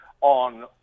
on